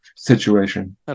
situation